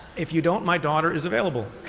if you don't, my daughter is available.